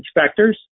inspectors